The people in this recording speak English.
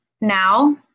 now